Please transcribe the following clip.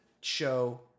show